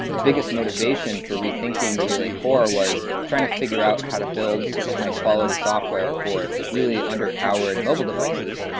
the biggest motivation for rethinking the relay core was trying to figure out how to build super high quality software for really underpowered mobile devices.